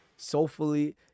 soulfully